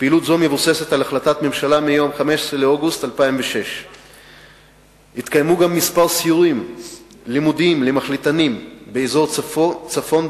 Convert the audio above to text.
פעילות זו מבוססת על החלטת הממשלה מיום 15 באוגוסט 2006. התקיימו גם כמה סיורים לימודיים למחליטנים לאזור הצפון,